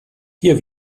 hier